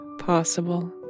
possible